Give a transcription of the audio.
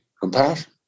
compassion